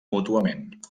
mútuament